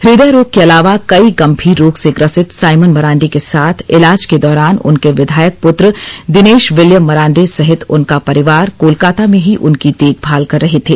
हृदय रोग के अलावे कई गमीर रोग से ग्रसित साइमन मरांडी के साथ इलाज के दौरान उनके विधायक पुत्र दिनेश विलियम मरांडी सहित उनका परिवार कोलकाता में ही उनकी देखभाल कर रहे थे